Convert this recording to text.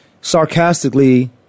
sarcastically